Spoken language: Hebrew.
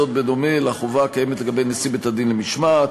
בדומה לחובה הקיימת לגבי נשיא בית-הדין למשמעת,